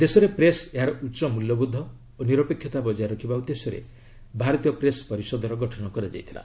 ଦେଶରେ ପ୍ରେସ୍ ଏହାର ଉଚ୍ଚ ମ୍ରଲ୍ୟବୋଧ ଓ ନିରପେକ୍ଷତା ବଜାୟ ରଖିବା ଉଦ୍ଦେଶ୍ୟରେ ଭାରତୀୟ ପ୍ରେସ୍ ପରିଷଦର ଗଠନ କରାଯାଇଥିଲା